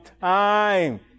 time